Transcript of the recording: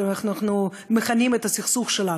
כי אנחנו מכנים את הסכסוך שלנו,